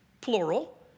plural